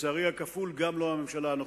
ולצערי הכפול גם לא הממשלה הנוכחית.